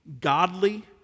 godly